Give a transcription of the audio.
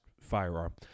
firearm